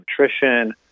nutrition